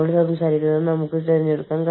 കൂടാതെ അത് പ്രോഗ്രാമിന് ഒരു പ്രശ്നമുണ്ടാക്കാം